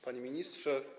Panie Ministrze!